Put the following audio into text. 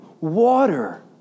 water